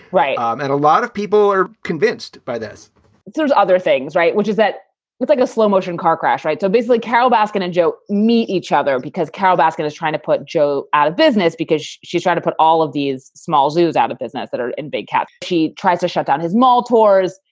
right. um and a lot of people are convinced by this there's other things. right, which is that it's like a slow motion car crash. right. so basically, carol baskin and joe meet each other because carol baskin is trying to put joe out of business because she tried to put all of these small zoos out of business that are in big cats to try to shut down his mall tours,